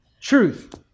truth